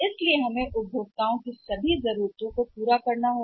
इसलिए हमें सभी ग्राहक की सेवा करने में सक्षम होना चाहिए की जरूरत भी है